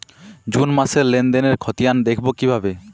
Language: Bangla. জুন মাসের লেনদেনের খতিয়ান দেখবো কিভাবে?